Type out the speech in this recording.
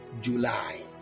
july